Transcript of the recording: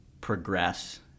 progress